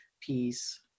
peace